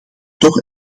toch